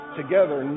together